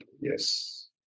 Yes